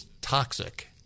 toxic